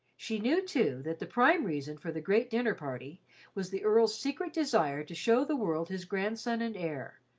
she knew, too, that the prime reason for the great dinner party was the earl's secret desire to show the world his grandson and heir,